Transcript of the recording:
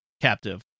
captive